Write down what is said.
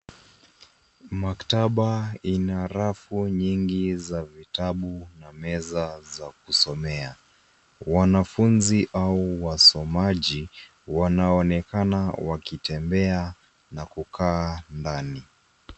Maktaba ina rafu nyingi za vitabu na meza za kusomea. Wanafunzi au wasomaji wanaonekana wakitembea na kukaa ndani.